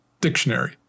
dictionary